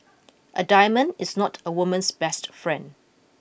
a diamond is not a woman's best friend